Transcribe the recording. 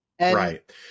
right